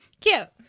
Cute